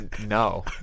No